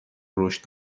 رشد